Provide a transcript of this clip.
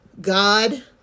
God